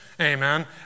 Amen